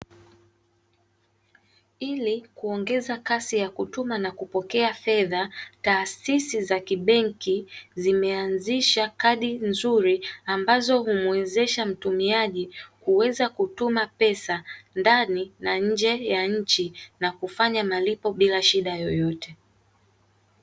Ili kuongeza kasi ya kutuma na kupokea fedha, taasisi za kibenki zimeanzisha kadi nzuri ambazo humwezesha mtumiaji kuweza kutuma fedha ndani na nje ya nchi na kufanya malipo bila shida yoyote.